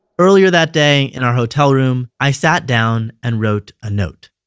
earlier that day, in our hotel room, i sat down and wrote a note.